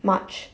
march